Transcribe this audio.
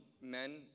men